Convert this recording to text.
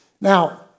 Now